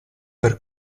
per